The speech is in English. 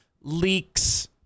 leaks